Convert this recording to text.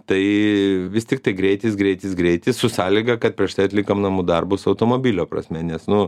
tai vis tiktai greitis greitis greitis su sąlyga kad prieš tai atlikom namų darbus automobilio prasme nes nu